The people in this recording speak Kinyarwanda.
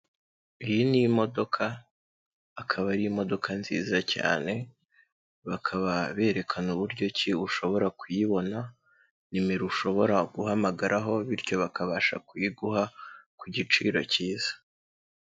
Iyi ni imodoka akaba ari imodoka nziza cyane, bakaba berekana uburyo ki ushobora kuyibona, nimero ushobora guhamagaraho bityo bakabasha kuyiguha ku giciro cyiza.